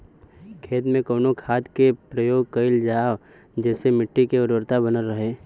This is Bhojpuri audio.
खेत में कवने खाद्य के प्रयोग कइल जाव जेसे मिट्टी के उर्वरता बनल रहे?